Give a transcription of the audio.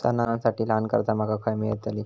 सणांसाठी ल्हान कर्जा माका खय मेळतली?